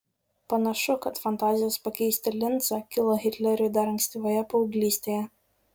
panašu kad fantazijos pakeisti lincą kilo hitleriui dar ankstyvoje paauglystėje